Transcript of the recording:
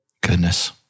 Goodness